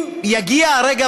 אם יגיע הרגע,